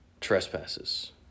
trespasses